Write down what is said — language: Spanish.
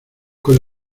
con